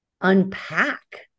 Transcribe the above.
unpack